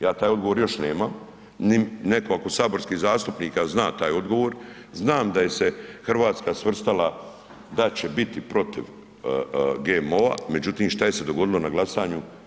Ja taj odgovor još nemam ni neko, ako od saborskih zastupnika zna taj odgovor, znam da je se Hrvatska svrstala da će biti protiv GMO-a, međutim, što je se dogodilo na glasanju?